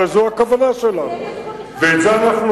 הרי זו הכוונה שלנו, אז שזה יהיה כתוב במכרז.